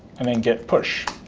and then git push.